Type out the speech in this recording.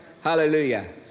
hallelujah